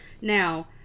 Now